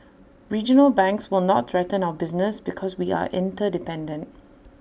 regional banks will not threaten our business because we are interdependent